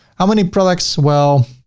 how many products? well,